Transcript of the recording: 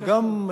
הוא גם,